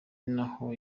naho